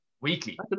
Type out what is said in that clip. weekly